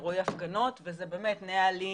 אירועי הפגנות וזה באמת נוהלים,